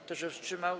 Kto się wstrzymał?